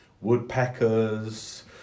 woodpeckers